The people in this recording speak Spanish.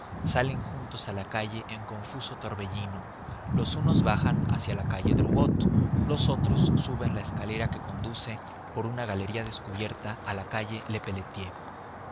salen juntos a la calle en confuso torbellino los unos bajan hacia la calle drouot los otros suben la escalera que conduce por una galería descubierta a la calle